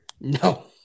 No